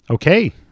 Okay